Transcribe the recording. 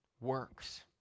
works